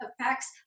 affects